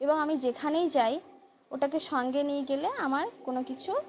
এবং আমি যেখানেই যাই ওটাকে সঙ্গে নিয়ে গেলে আমার কোনো কিছু